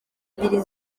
ibiri